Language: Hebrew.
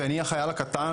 ואני החייל הקטן,